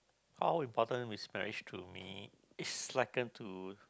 how important is marriage to me is to